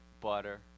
butter